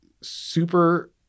super